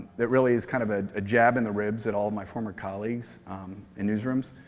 that really is kind of a ah jab in the ribs at all my former colleagues in newsrooms.